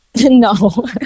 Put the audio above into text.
No